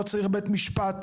לא צריך בית משפט.